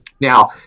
Now